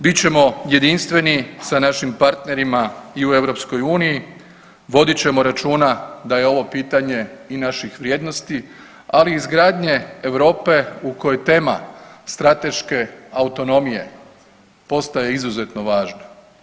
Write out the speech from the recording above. Bit ćemo jedinstveni sa našim partnerima i u EU, vodit ćemo računa da je ovo pitanje i naših vrijednosti, ali i izgradnje Europe u kojoj tema strateške autonomije postaje izuzetno važna.